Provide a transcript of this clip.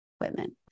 equipment